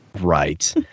Right